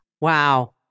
Wow